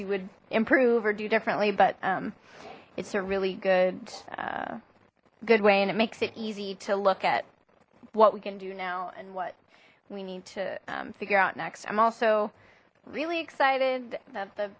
you would improve or do differently but um it's a really good good way and it makes it easy to look at what we can do now and what we need to figure out next i'm also really excited that the